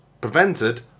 prevented